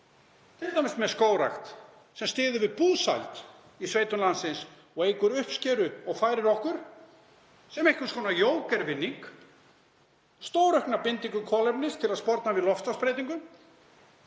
t.d. með skógrækt sem styður við búsæld í sveitum landsins og eykur uppskeru og færir okkur, sem einhvers konar jókervinning, stóraukna bindingu kolefnis til að sporna við loftslagsbreytingum,